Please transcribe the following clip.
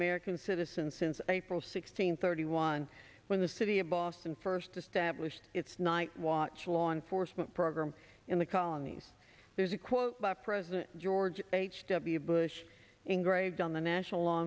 american citizens since april sixteenth thirty one when the city of boston first established its night watch law enforcement program in the colonies there's a quote by president george h w bush engraved on the national law